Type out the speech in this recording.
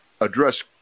address